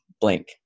Blank